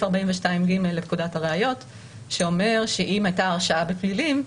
42ג' לפקודת הראיות שאומר שאם הייתה הרשעה בפלילים,